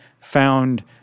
found